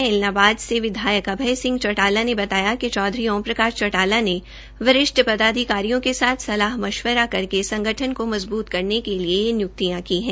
ऐलनाबाद से विधायक अभय सिंह चौटाला ने बताया कि चौधरी ओम प्रकाश चौटाला ने वरिष्ठ पदाधिकारियों के साथ सलाह मशवरा करके संगठन को मजबूत बनाने के लिए यह निय्क्तियां की है